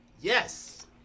Yes